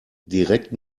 direkt